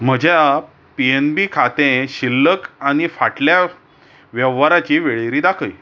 म्हज्या P N B खातें शिल्लक आनी फाटल्यां वेव्हाराची वळेरी दाखय